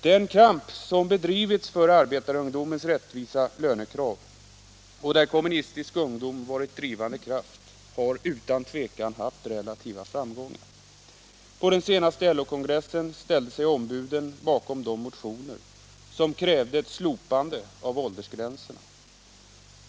Den kamp som bedrivits för arbetarungdomens rättvisa lönekrav, där Kommunistisk ungdom varit drivande kraft, har utan tvivel haft relativa framgångar. På den senaste LO-kongressen ställde sig ombudet bakom de motioner som krävde ett slopande av åldersgränserna.